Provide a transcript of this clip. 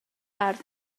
ardd